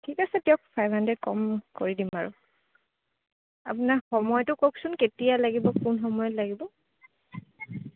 ঠিক আছে দিয়ক ফাইভ হাণড্ৰেদ কম কৰি দিম আৰু আপোনাৰ সময়টো কওকচোন কেতিয়া লাগিব কোন সময়ত লাগিব